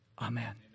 Amen